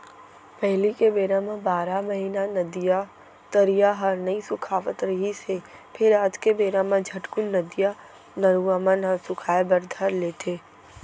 पहिली के बेरा म बारह महिना नदिया, तरिया ह नइ सुखावत रिहिस हे फेर आज के बेरा म झटकून नदिया, नरूवा मन ह सुखाय बर धर लेथे